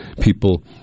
people